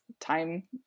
time